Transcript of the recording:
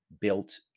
built